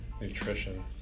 nutrition